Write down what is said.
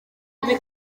ibi